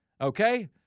Okay